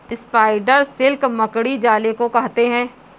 spider silk मकड़ी जाले को कहते हैं